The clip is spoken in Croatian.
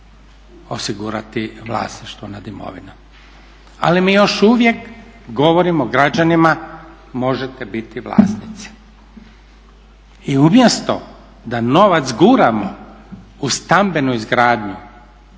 osigurati vlasništvo nad imovinom. Ali mi još uvijek govorimo građanima možete biti vlasnici i umjesto da novac guramo u stambenu izgradnju